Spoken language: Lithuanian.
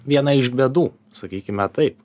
viena iš bėdų sakykime taip